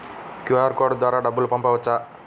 QR code ద్వారా డబ్బులు పంపవచ్చా?